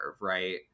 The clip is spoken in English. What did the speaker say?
Right